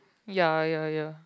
ya ya ya